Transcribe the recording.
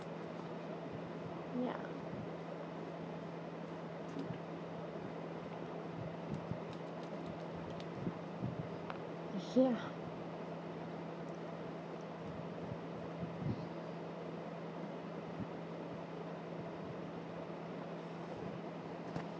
ya ya